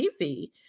TV